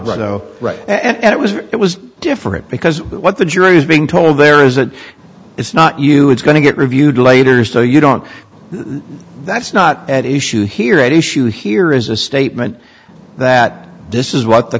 ro right and it was it was different because what the jury is being told there is a it's not you it's going to get reviewed later so you don't that's not at issue here at issue here is a statement that this is what the